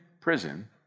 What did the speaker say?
prison